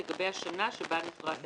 לגבי השנה שבה נכרת ההסכם,